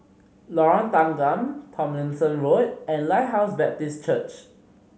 Lorong Tanggam Tomlinson Road and Lighthouse Baptist Church